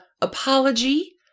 apology